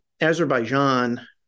Azerbaijan